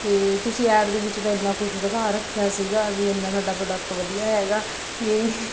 ਅਤੇ ਤੁਸੀਂ ਐਡ ਦੇ ਵਿੱਚ ਤਾਂ ਇੰਨਾ ਕੁਛ ਦਿਖਾ ਰੱਖਿਆ ਸੀਗਾ ਵੀ ਇਹਨਾਂ ਸਾਡਾ ਪ੍ਰੋਡਕਟ ਵਧੀਆ ਹੈਗਾ ਇਹ